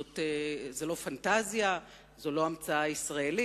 זאת לא פנטזיה, זאת לא המצאה ישראלית.